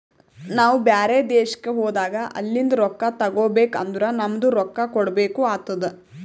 ನಾವು ಬ್ಯಾರೆ ದೇಶ್ಕ ಹೋದಾಗ ಅಲಿಂದ್ ರೊಕ್ಕಾ ತಗೋಬೇಕ್ ಅಂದುರ್ ನಮ್ದು ರೊಕ್ಕಾ ಕೊಡ್ಬೇಕು ಆತ್ತುದ್